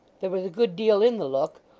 there was a good deal in the look,